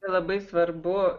labai svarbu